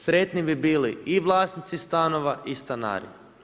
Sretni bi bili i vlasnici stanova i stanari.